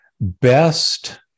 best